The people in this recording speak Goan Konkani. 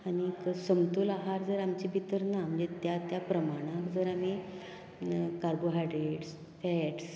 आनी समतोल आहार जर आमचे भितर ना त्या त्या प्रमाणांत जर आमी कार्बोहायड्रेड्स फेट्स